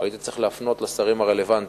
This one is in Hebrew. היית צריך להפנות אל השרים הרלוונטיים,